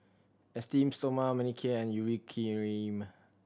Esteem Stoma Manicare and Urea Cream